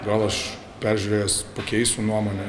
gal aš peržiūrėjęs pakeisiu nuomonę